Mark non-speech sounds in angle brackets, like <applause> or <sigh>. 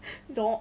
<noise>